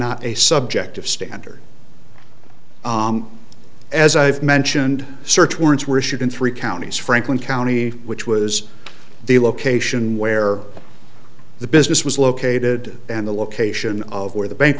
not a subjective standard as i've mentioned search warrants were issued in three counties franklin county which was the location where the business was located and the location of where the bank